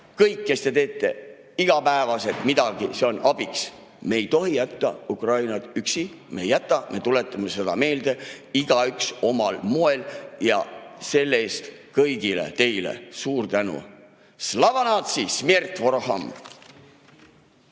kõik, kes te teete igapäevaselt midagi, see on abiks. Me ei tohi jätta Ukrainat üksi, me ei jäta, me tuletame meelde, igaüks omal moel. Selle eest kõigile teile suur tänu! Slava natsi! Smert voroham!